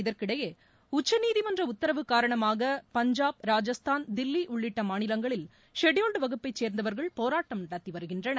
இதற்கிடையே உச்சநீதிமன்ற உத்தரவுக் காரணமாக பஞ்சாப் ராஜஸ்தான் தில்லி உள்ளிட்ட மாநிலங்களில் ஷெடியூல்டு வகுப்பைச் சேர்ந்தவர்கள் போராட்டம் நடத்தி வருகின்றனர்